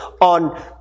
on